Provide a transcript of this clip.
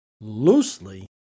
loosely